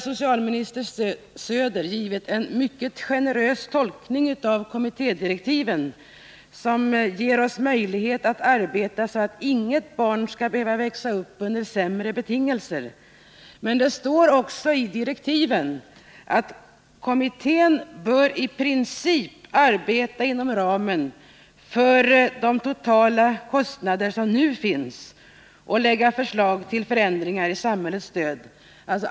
Socialminister Söder har nu givit en mycket generös tolkning av kommittédirektiven, nämligen att syftet med stödet skall vara att inget barn skall behöva växa upp under sämre betingelser än andra på grund av att det har en ensamstående förälder. Men det heter också i direktiven: Kommittén bör i princip arbeta inom ramen för de totala kostnader som nu finns och framlägga förslag till förändringar av samhällets stöd.